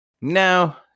Now